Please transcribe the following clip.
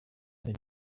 they